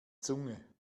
zunge